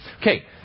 Okay